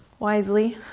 wisely.